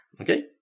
Okay